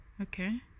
okay